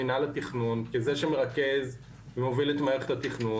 מנהל התכנון כי זה שמרכז ומוביל את מערכת התכנון.